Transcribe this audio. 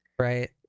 Right